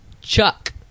Chuck